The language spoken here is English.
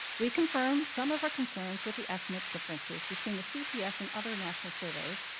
we confirmed some of our concerns with the estimates' differences between the cps and other national surveys,